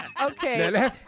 Okay